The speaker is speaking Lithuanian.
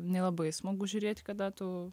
nelabai smagu žiūrėti kada tu